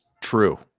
true